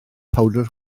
powdr